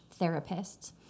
therapists